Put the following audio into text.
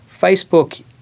Facebook